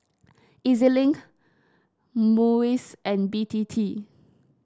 E Z Link MUIS and B T T